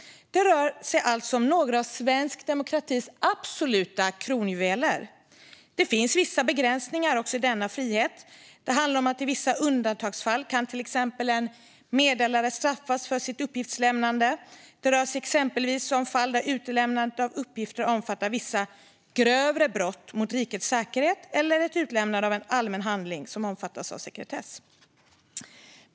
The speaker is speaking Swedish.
Det rör sig alltså om några av svensk demokratis absoluta kronjuveler. Det finns vissa begränsningar också i denna frihet. I vissa undantagsfall kan till exempel en meddelare straffas för sitt uppgiftslämnande. Det rör sig exempelvis om fall där utlämnandet av uppgifter omfattar vissa grövre brott mot rikets säkerhet och om utlämnande av en allmän handling som omfattas av sekretess.